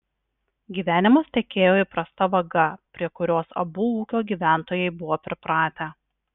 gyvenimas tekėjo įprasta vaga prie kurios abu ūkio gyventojai buvo pripratę